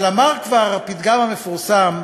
אבל נאמר כבר הפתגם המפורסם: